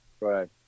Right